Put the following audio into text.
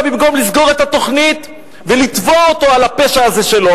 במקום לסגור את התוכנית ולתבוע אותו על הפשע הזה שלו,